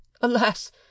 Alas